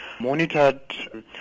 monitored